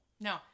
No